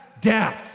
death